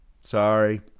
Sorry